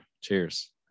cheers